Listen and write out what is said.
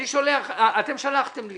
אתם שלחתם לי